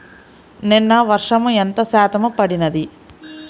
నిన్న వర్షము ఎంత శాతము పడినది?